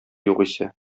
югыйсә